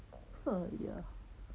!aiya!